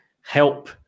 help